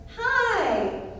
hi